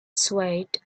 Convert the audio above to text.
swayed